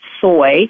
soy